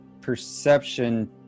perception